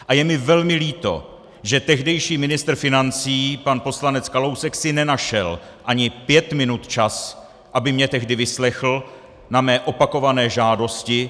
A je mi velmi líto, že tehdejší ministr financí pan poslanec Kalousek si nenašel ani pět minut čas, aby mě tehdy vyslechl na mé opakované žádosti!